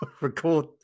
record